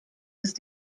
ist